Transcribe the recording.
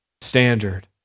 standard